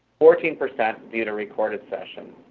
fourteen percent viewed a recorded session,